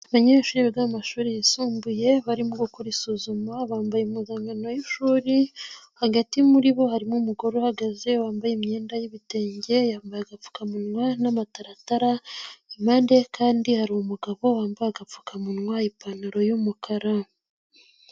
Abanyeshuri biga mu amashuri yisumbuye barimo gukora isuzuma, bambaye impuzankano y'ishuri, hagati muri bo harimo umugore uhagaze wambaye imyenda y'ibitenge, yambaye agapfukamunwa n'amataratara, impande kandi hari umugabo wambaye agapfukamunwa, ipantaro y'umukara.